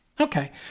Okay